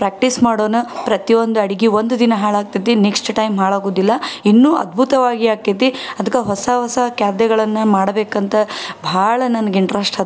practice ಮಾಡೋಣ ಪ್ರತಿಯೊಂದು ಅಡ್ಗೆ ಒಂದು ದಿನ ಹಾಳಾಗ್ತೈತಿ ನೆಕ್ಸ್ಟ್ ಟೈಮ್ ಹಾಳಾಗುವುದಿಲ್ಲ ಇನ್ನೂ ಅದ್ಭುತವಾಗಿ ಆಕ್ಕೈತಿ ಅದಕ್ಕೆ ಹೊಸ ಹೊಸ ಖಾದ್ಯಗಳನ್ನು ಮಾಡಬೇಕಂತ ಬಹಳ ನನ್ಗೆ ಇಂಟ್ರಶ್ಟ್ ಅದು